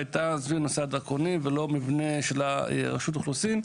הוא סביב נושא הדרכונים ולא מבנה רשות האוכלוסין.